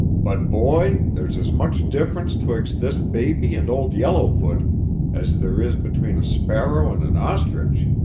but, boy, there's as much difference twixt this baby and old yellowfoot as there is between a sparrow and an ostrich!